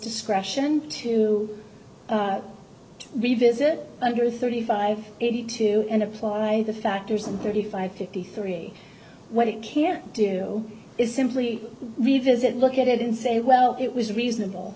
discretion to revisit under thirty five eighty two and apply the factors and thirty five fifty three what it can't do is simply revisit look at it and say well it was reasonable